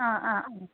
अँ अँ